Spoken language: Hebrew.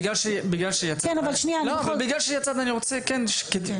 בגלל שיצאת אני רוצה שתביני,